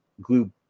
glue